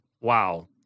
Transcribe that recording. wow